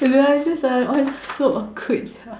the others are all so awkward sia